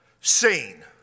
seen